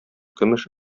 көмеш